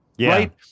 right